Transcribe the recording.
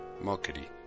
mockery